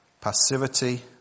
Passivity